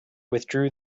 withdrew